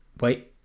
Wait